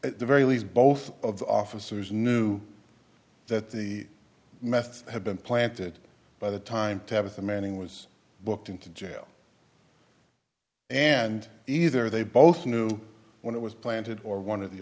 at the very least both of officers knew that the meth had been planted by the time to have a manning was booked into jail and either they both knew when it was planted or one of the